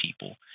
people